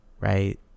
right